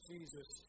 Jesus